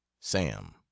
Sam